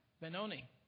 Benoni